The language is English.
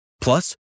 Plus